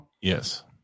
Yes